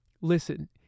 Listen